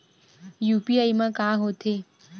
UPI मा का होथे?